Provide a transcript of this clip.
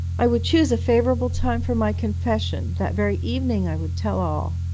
i would choose a favourable time for my confession that very evening i would tell all.